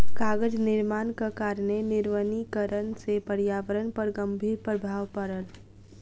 कागज निर्माणक कारणेँ निर्वनीकरण से पर्यावरण पर गंभीर प्रभाव पड़ल